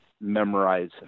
Memorize